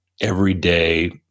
everyday